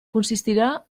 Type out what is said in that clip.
consistirà